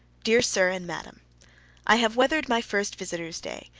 dear sir and madam i have weathered my first visitors' day,